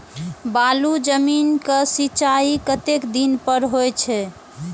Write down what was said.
बालू जमीन क सीचाई कतेक दिन पर हो छे?